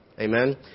Amen